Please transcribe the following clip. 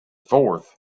fourth